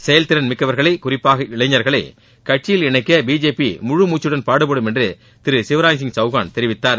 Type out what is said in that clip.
செயல்திறன் மிக்கவர்களை குறிப்பாக இளைஞர்களை கட்சியில் இணைக்க பிஜேபி முழு மூச்சுடன் பாடுபடும் என்று திரு சிவ்ராஜ்சிங் சௌகான் தெரிவித்தார்